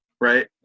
right